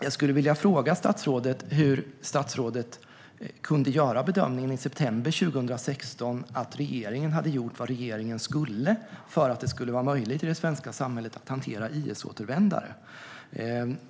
Jag skulle vilja fråga statsrådet hur hon kunde göra bedömningen i september 2016 att regeringen hade gjort vad regeringen skulle för att det skulle vara möjligt i det svenska samhället att hantera IS-återvändare.